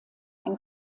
ein